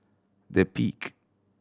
The Peak